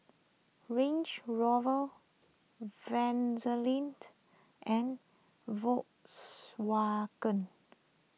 Range Rover Vaseline and Volkswagen